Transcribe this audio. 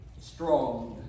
strong